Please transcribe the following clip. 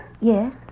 Yes